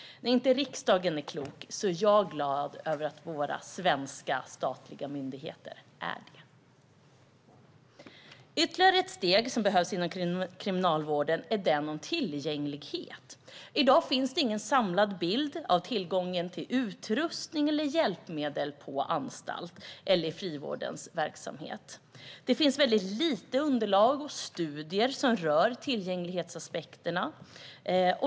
När inte riksdagen är klok är jag glad över att våra svenska statliga myndigheter är det. Ytterligare ett steg som behövs inom kriminalvården handlar om tillgänglighet. I dag finns det ingen samlad bild av tillgången till utrustning eller hjälpmedel på anstalterna eller i frivårdens verksamhet. Det finns väldigt lite underlag och studier som rör tillgänglighetsaspekterna.